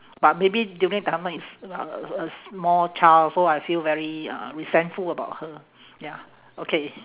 but maybe during is a a small child so I feel very uh resentful about her ya okay